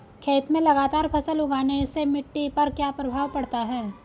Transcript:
खेत में लगातार फसल उगाने से मिट्टी पर क्या प्रभाव पड़ता है?